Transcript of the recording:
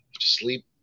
sleep